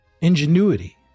ingenuity